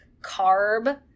carb